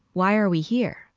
why are we here?